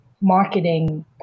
marketing